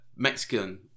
Mexican